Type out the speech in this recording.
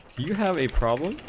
have a problem